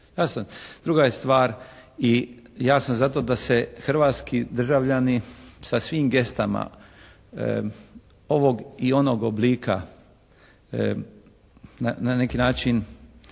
Druga je stvar i ja sam za to da se hrvatski državljani sa svim gestama ovog i onog oblika na neki način